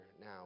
now